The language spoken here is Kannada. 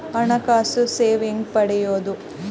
ಹಣಕಾಸು ಸೇವಾ ಹೆಂಗ ಪಡಿಯೊದ?